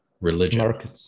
religion